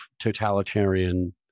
totalitarian